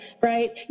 right